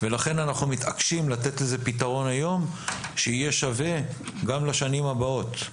לכן אנחנו מתעקשים לתת לזה פתרון היום שיהיה שווה גם לשנים הבאות,